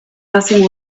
nothing